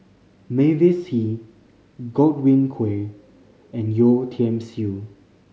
Mavis Hee Godwin Koay and Yeo Tiam Siew